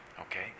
okay